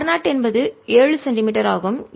r 0 என்பது 7 centimetre ஆகும்